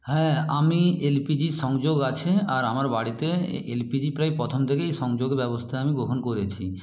হ্যাঁ আমি L P G সংযোগ আছে আর আমার বাড়িতে এল পি জি প্রায় প্রথম থেকেই সংযোগ ব্যবস্থা আমি গ্রহণ করেছি